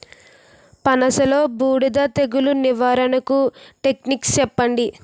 పనస లో బూడిద తెగులు నివారణకు టెక్నిక్స్ చెప్పండి?